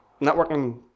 networking